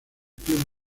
club